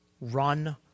run